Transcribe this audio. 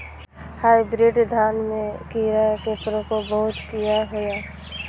Hybrid धान में कीरा के प्रकोप बहुत किया होया?